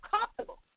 comfortable